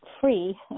free